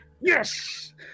Yes